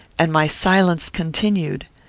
and my silence continued.